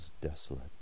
desolate